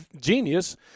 genius